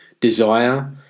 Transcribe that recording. desire